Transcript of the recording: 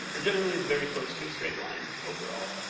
and generally, it's very close to a straight line overall.